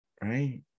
right